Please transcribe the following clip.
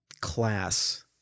class